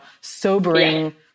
sobering